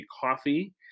coffee